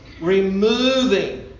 removing